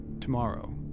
Tomorrow